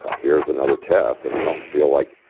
here's another test, and i don't feel like.